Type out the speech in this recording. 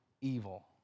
evil